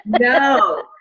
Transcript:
No